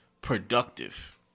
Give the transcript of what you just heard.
productive